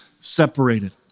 separated